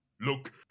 Look